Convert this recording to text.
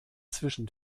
zwischen